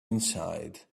inside